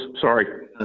sorry